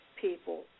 people